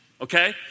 Okay